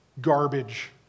garbage